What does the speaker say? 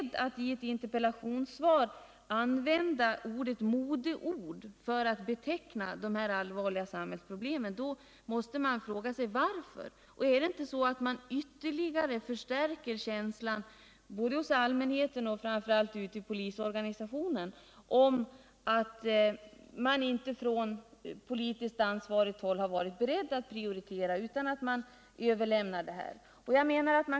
När justitieministern i interpellationssvaret använder uttrycket ”modeord” för att beteckna dessa allvarliga problem måste jag fråga om det inte förstärker känslan både hos allmänheten och ute i polisorganisationen att man på politiskt ansvarigt håll inte är beredd att prioritera utan överlämnar det hela till polisen.